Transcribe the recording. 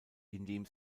indem